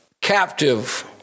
captive